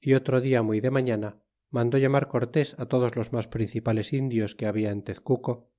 y otro dia muy de mañana mandó llamar cortés á todos los mas principales indios que habia en tezcuco